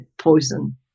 poison